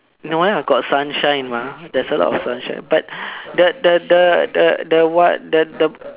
no lah got sunshine mah there's a lot of sunshine but the the the the the one the the